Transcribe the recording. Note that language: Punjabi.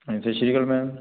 ਹਾਂਜੀ ਸਤਿ ਸ਼੍ਰੀ ਅਕਾਲ ਮੈਮ